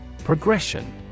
Progression